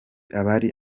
abari